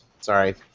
sorry